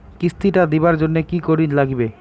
কিস্তি টা দিবার জন্যে কি করির লাগিবে?